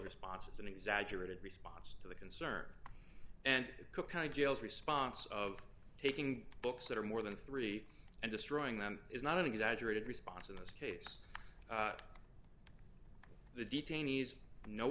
response is an exaggerated response to the concerns and kind jails response of taking books that are more than three and destroying them is not an exaggerated response in this case the detainees kno